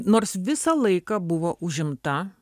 nors visą laiką buvo užimta